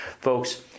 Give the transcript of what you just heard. Folks